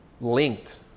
linked